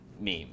meme